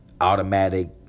automatic